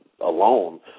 alone